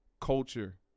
culture